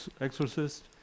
Exorcist